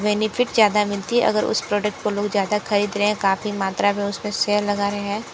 benefit ज़्यादा मिलती है अगर उस प्रोडक्ट को लोग ज़्यादा ख़रीद रहे हैं काफ़ी मात्रा में उस पर सेयर लगा रहे हैं